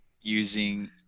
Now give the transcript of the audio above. using